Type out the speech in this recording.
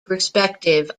perspective